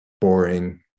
boring